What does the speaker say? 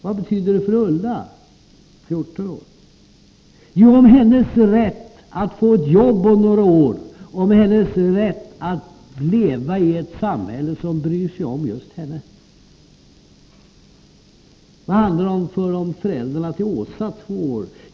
Vad betyder det för Ulla, 14 år? Jo, hennes rätt att om något år få ett arbete, om hennes rätt att leva i ett samhälle som bryr sig om just henne. Vad handlar det om för föräldrarna till Åsa, två år?